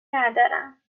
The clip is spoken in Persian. ندارم